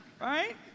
Right